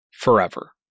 forever